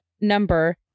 number